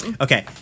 Okay